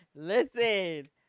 Listen